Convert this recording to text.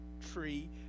tree